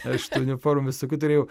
aš tų uniformų visokių turėjau